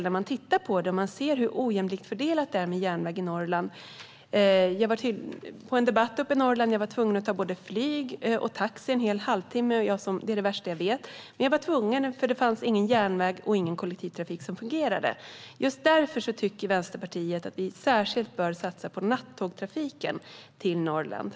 När man tittar på det här ser man hur ojämlikt fördelat det är med järnväg i Norrland. Jag var på en debatt uppe i Norrland och var tvungen att ta både flyg och taxi en hel halvtimme - det är det värsta jag vet, men jag var tvungen, för det fanns ingen järnväg och ingen kollektivtrafik som fungerade. Just därför tycker Vänsterpartiet att vi särskilt bör satsa på nattågstrafiken till Norrland.